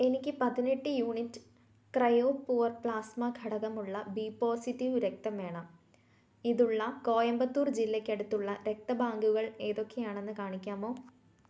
എനിക്ക് പതിനെട്ട് unit cryo poor plasma ഘടകമുള്ള ബി പോസിറ്റീവ് രക്തം വേണം ഇതുള്ള കോയമ്പത്തൂർ ജില്ലയ്ക്ക് അടുത്തുള്ള രക്തബാങ്കുകൾ ഏതൊക്കെയാണെന്ന് കാണിക്കാമോ